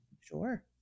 sure